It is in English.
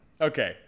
Okay